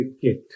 kit